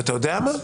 ואתה יודע מה?